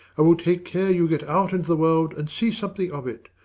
i will take care you get out into the world and see something of it.